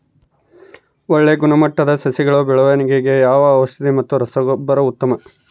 ಒಳ್ಳೆ ಗುಣಮಟ್ಟದ ಸಸಿಗಳ ಬೆಳವಣೆಗೆಗೆ ಯಾವ ಔಷಧಿ ಮತ್ತು ರಸಗೊಬ್ಬರ ಉತ್ತಮ?